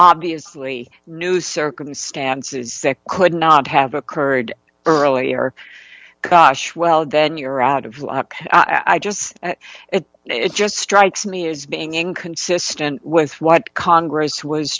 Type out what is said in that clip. obviously new circumstances that could not have occurred earlier gosh well then you're out of luck i just at it it just strikes me as being inconsistent with what congress wa